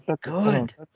good